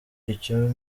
iyo